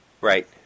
Right